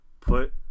Put